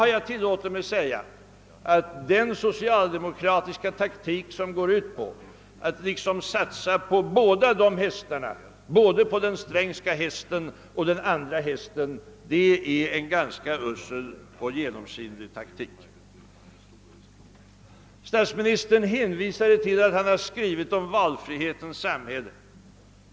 Vad jag tillåtit mig säga är att den socialdemokratiska taktiken, som går ut på att samtidigt satsa både på den Strängska och på den andra hästen, är av uselt och genomskinligt slag. Statsministern hänvisade till att han skrivit om valfrihetens samhälle.